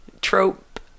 trope